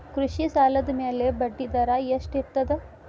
ಕೃಷಿ ಸಾಲದ ಮ್ಯಾಲೆ ಬಡ್ಡಿದರಾ ಎಷ್ಟ ಇರ್ತದ?